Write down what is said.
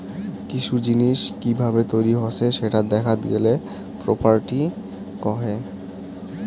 কিসু জিনিস কি ভাবে তৈরী হসে সেটা দেখাত গেলে প্রপার্টি কহে